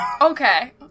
Okay